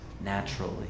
naturally